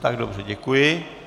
Tak dobře, děkuji.